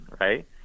right